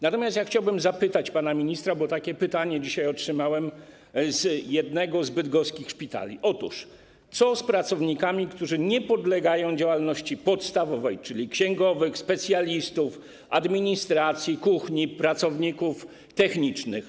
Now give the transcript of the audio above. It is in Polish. Natomiast chciałbym zapytać pana ministra - takie pytanie dzisiaj otrzymałem z jednego z bydgoskich szpitali - co z pracownikami, którzy nie podlegają działalności podstawowej, czyli księgowymi, specjalistami, pracownikami administracji, kuchni, pracownikami technicznymi.